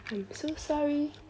I'm so sorry